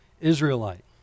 Israelite